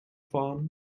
fahren